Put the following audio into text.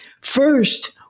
First